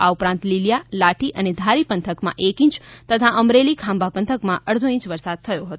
આ ઉપરાંત લીલીયા લાઠી અને ધારી પંથકમા એક ઇંચ તથા અમરેલી ખાંભા પંથકમા અડધો ઇંચ વરસાદ થયો હતો